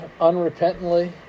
unrepentantly